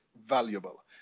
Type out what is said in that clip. valuable